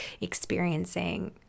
experiencing